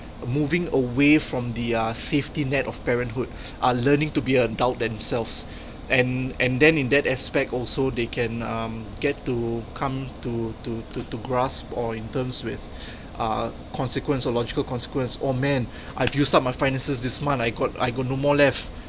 moving away from the uh safety net of parenthood uh learning to be adult themselves and and then in that aspect also they can um get to come to to to to grasp or in terms with uh consequence or logical consequence oh man I've used up my finances this month I got I got no more left